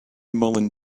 mullen